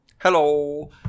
Hello